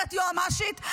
גברת יועמ"שית,